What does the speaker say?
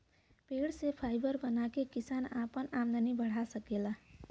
पेड़ से फाइबर बना के किसान आपन आमदनी बढ़ा सकेलन